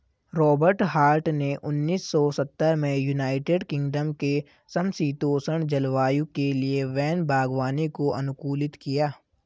Robert Hart ने उन्नीस सौ सत्तर में यूनाइटेड किंगडम के समषीतोष्ण जलवायु के लिए वैन बागवानी को अनुकूलित किया